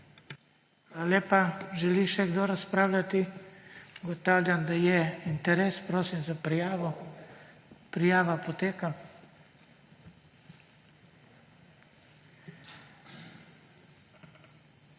Levica. Želi kdo razpravljati? Ugotavljam, da je interes. Prosim za prijavo. Prijava poteka.